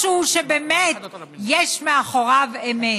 משהו שבאמת יש מאחוריו אמת.